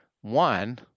One